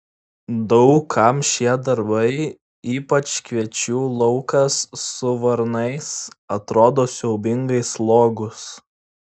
daug kam šie darbai ypač kviečių laukas su varnais atrodo siaubingai slogūs